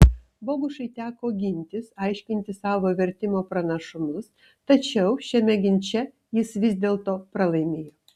bogušui teko gintis aiškinti savo vertimo pranašumus tačiau šiame ginče jis vis dėlto pralaimėjo